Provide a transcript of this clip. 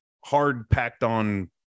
hard-packed-on